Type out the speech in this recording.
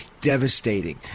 devastating